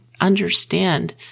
understand